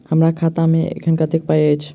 हम्मर खाता मे एखन कतेक पाई अछि?